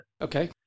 okay